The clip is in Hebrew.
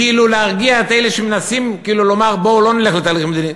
שהיא כאילו להרגיע את אלה שמנסים כאילו לומר: בואו לא נלך לתהליך מדיני,